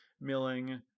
milling